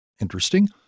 Interesting